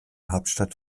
hauptstadt